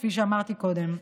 כפי שאמרתי קודם.